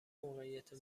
موقعیت